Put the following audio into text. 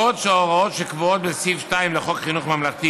בעוד ההוראות שקבועות בסעיף 2 לחוק חינוך ממלכתי